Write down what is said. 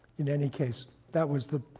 in any case, that was the